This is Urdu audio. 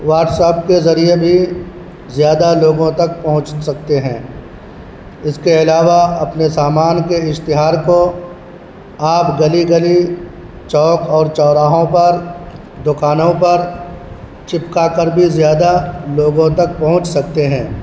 واٹس ایپ کے ذریعے بھی زیادہ لوگوں تک پہنچ سکتے ہیں اس کے علاوہ اپنے سامان کے اشتہار کو آپ گلی گلی چوک اور چوراہوں پر دوکانوں پر چپکا کر بھی زیادہ لوگوں تک پہنچ سکتے ہیں